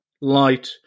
light